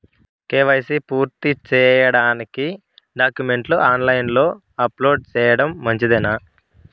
KYC పూర్తి సేయడానికి డాక్యుమెంట్లు ని ఆన్ లైను లో అప్లోడ్ సేయడం మంచిదేనా?